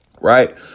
right